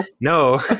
no